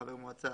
לחבר מועצה,